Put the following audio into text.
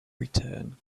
return